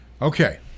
Okay